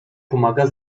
pomaga